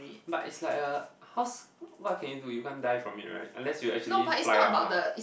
but is like uh horse what can you do it you can't die from it right unless you actually fly out lah